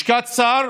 לשכת שר